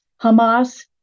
Hamas